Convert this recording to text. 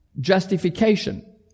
justification